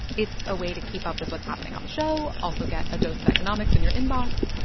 it's a way to keep up with what's happening on the show, also get a dose of economics in your inbox.